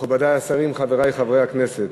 תודה רבה לך, מכובדי השרים, חברי חברי הכנסת,